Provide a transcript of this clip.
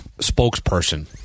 spokesperson